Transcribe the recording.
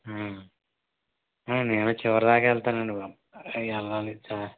నేను చివరిదాక వెళ్తానండి బాబు వెళ్ళాలి